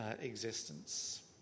existence